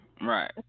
right